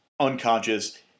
Unconscious